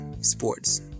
sports